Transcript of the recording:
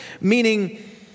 meaning